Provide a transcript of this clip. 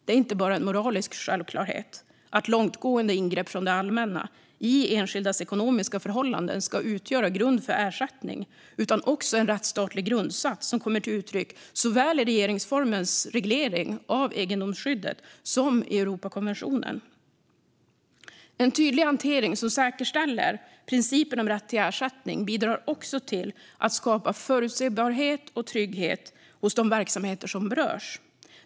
Det är inte bara en moralisk självklarhet att långtgående ingrepp från det allmänna i enskildas ekonomiska förhållanden ska utgöra grund för ersättning, utan också en rättsstatlig grundsats som kommer till uttryck såväl i regeringsformens reglering av egendomsskyddet som i Europakonventionen. En tydlig hantering som säkerställer principen om rätt till ersättning bidrar också till att skapa förutsebarhet och trygghet hos de verksamheter som berörs.